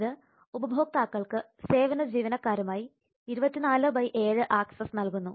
ഇത് ഉപഭോക്താക്കൾക്ക് സേവന ജീവനക്കാരുമായി 24 7 ആക്സസ് നൽകുന്നു